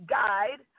guide